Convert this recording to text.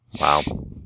Wow